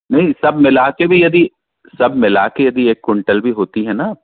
नहीं सब मिला के भी यदि सब मिला के यदि एक कुंटल होती हैं ना